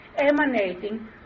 emanating